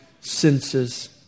senses